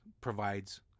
provides